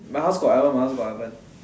my house got oven my house got oven